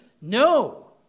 No